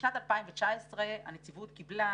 בשנת 2019 הנציבות קיבלה